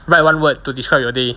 write one word to describe your day